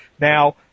Now